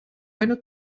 eine